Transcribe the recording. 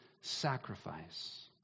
sacrifice